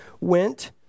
went